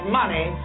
money